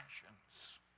passions